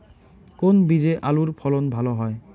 কোন বীজে আলুর ফলন ভালো হয়?